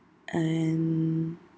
and